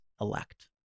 elect